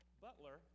Butler